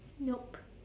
nope